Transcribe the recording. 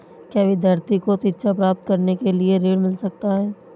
क्या विद्यार्थी को शिक्षा प्राप्त करने के लिए ऋण मिल सकता है?